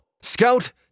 Scout